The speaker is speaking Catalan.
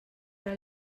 ara